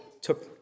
took